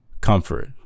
comfort